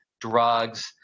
drugs